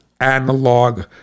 analog